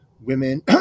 Women